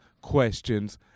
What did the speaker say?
Questions